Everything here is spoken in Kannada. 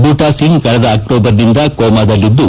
ಬೂಟಾಸಿಂಗ್ ಕಳೆದ ಅಕ್ಷೋಬರ್ನಿಂದ ಕೋಮಾದಲ್ಲಿದ್ದು